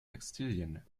textilien